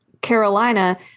Carolina